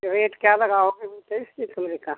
rate क्या लगाओगे कमरे का